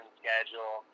schedule